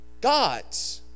gods